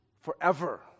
forever